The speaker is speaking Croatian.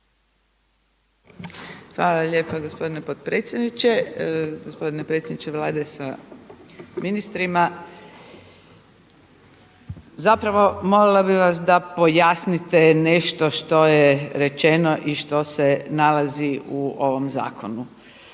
Hvala lijepa gospodine potpredsjedniče. Gospodine predsjedniče Vlade sa ministrima. Zapravo molila bih vas da pojasnite nešto što je rečeno i što se nalazi u ovom zakonu.